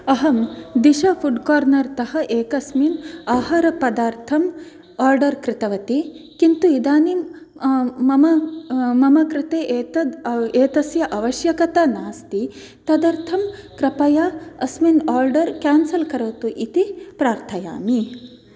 अहं दिशा फ़ुड्कार्नरतः एकस्मिन् आहारपर्दाथम् आर्डर् कृतवती किन्तु इदानीं मम मम कृते एतद् एतस्य आवश्यकता नास्ति तदर्थं कृपया अस्मिन् आर्डर् केन्सल् करोतु इति प्रार्थयामि